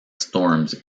storms